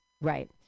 Right